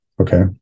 Okay